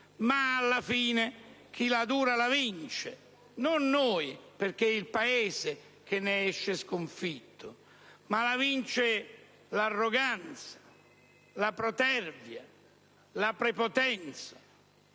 alla fine, però, chi la dura la vince. Non noi, perché è il Paese che ne esce sconfitto: vincono l'arroganza, la protervia, la prepotenza